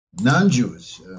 non-Jews